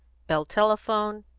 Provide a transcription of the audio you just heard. bell telephone,